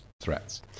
threats